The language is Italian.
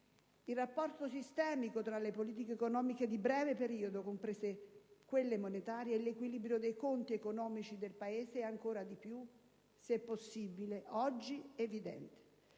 Il rapporto sistemico tra le politiche economiche di breve periodo, comprese quelle monetarie, e l'equilibrio dei conti economici del Paese è, se possibile, oggi ancora